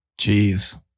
Jeez